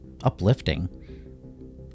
uplifting